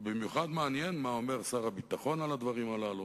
במיוחד מעניין מה אומר שר הביטחון על הדברים הללו.